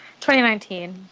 2019